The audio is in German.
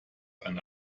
eine